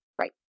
right